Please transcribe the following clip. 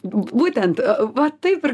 būtent va taip ir